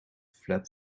flap